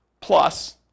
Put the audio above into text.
Plus